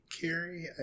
Carrie